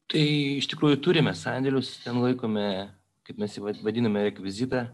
tai iš tikrųjų turime sandėlius ten laikome kaip mes vadiname rekvizitą